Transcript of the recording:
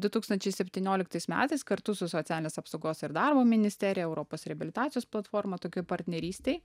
du tūkstančiai septynioliktais metais kartu su socialinės apsaugos ir darbo ministerija europos reabilitacijos platforma tokioj partnerystėj